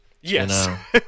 Yes